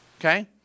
okay